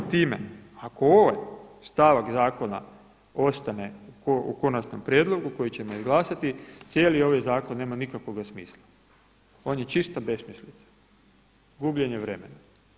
I samim time ako ovaj stavak zakona ostane u konačnom prijedlogu koji ćemo izglasati cijeli ovaj zakon nema nikakvog smisla, on je čista besmislica, gubljenje vremena.